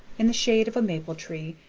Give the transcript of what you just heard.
in the shade of a maple-tree,